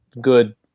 good